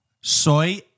Soy